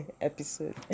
episode